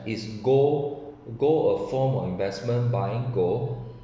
is gold gold a form of investment buying gold